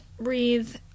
breathe